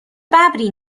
ببری